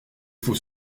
faut